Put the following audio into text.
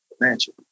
mansion